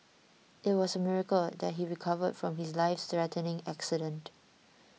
it was a miracle that he recovered from his lifethreatening accident